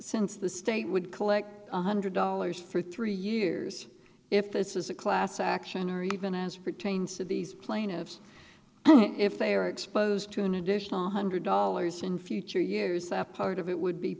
since the state would collect one hundred dollars for three years if this is a class action or even as pertains to these plaintiffs if they are exposed to an additional one hundred dollars in future years that part of it would be